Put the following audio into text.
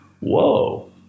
Whoa